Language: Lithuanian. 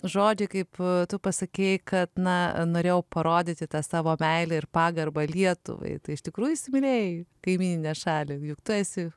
žodžiai kaip tu pasakei kad na norėjau parodyti tą savo meilę ir pagarbą lietuvai tai iš tikrųjų įsimylėjai kaimyninę šalį juk tu esi